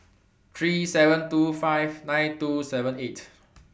three thousand seven hundred and twenty five nine thousand two hundred and seventy eight